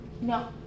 No